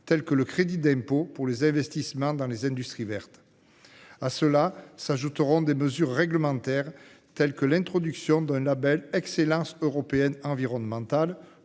le cas du crédit d'impôt pour les investissements dans les industries vertes. À cela s'ajouteront des mesures réglementaires, telles que l'introduction d'un label d'excellence environnementale